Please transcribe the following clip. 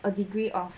a degree of